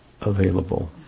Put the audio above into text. available